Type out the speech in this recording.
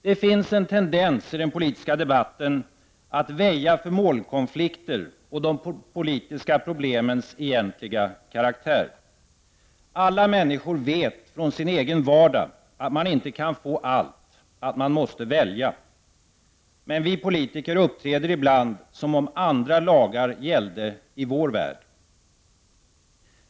Det finns en tendens i den politiska debatten att väja för målkonflikter och de politiska problemens egentliga karaktär. Alla människor vet från sin egen vardag att man inte kan få allt, att man måste välja. Vi politiker uppträder ibland som om andra lagar gällde i vår värld.